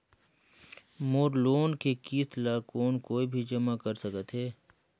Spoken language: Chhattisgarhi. मोर लोन के किस्त ल कौन कोई भी जमा कर सकथे?